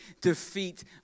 defeat